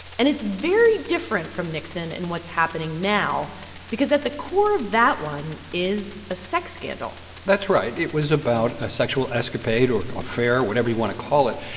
and it's very different from nixon and what's happening now because at the core of that one is a sex scandal that's right. it was about a sexual escapade or affair whatever you want to call it.